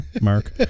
Mark